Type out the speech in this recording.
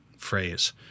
phrase